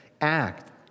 act